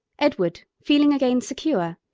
edward, feeling again secure,